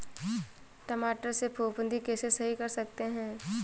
टमाटर से फफूंदी कैसे सही कर सकते हैं?